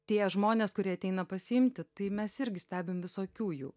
tie žmonės kurie ateina pasiimti tai mes irgi stebim visokių jų